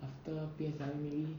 after P_S_L_E